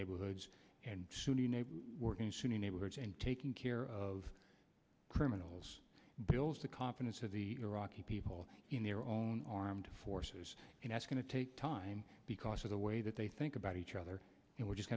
neighborhoods and sunni sunni neighborhoods and taking care of criminals builds the confidence of the iraqi people in their own armed forces and that's going to take time because of the way that they think about each other and we just